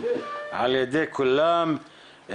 על ידי כולם.